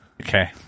Okay